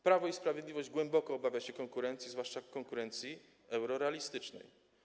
Prawo i Sprawiedliwość głęboko obawia się konkurencji, zwłaszcza konkurencji eurorealistycznej.